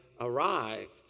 arrived